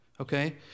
Okay